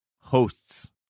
hosts